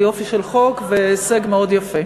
זה יופי של חוק והישג מאוד יפה,